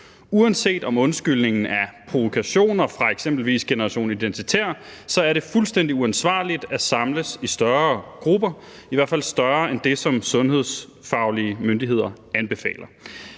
Uanset om undskyldningen er provokationer fra eksempelvis Generation Identitær, er det fuldstændig uansvarligt at samles i større grupper, i hvert fald større end det, som sundhedsfaglige myndigheder anbefaler.